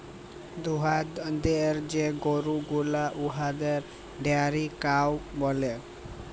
দুহুদ দেয় যে গরু গুলা উয়াদেরকে ডেয়ারি কাউ ব্যলে